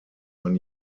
man